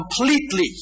completely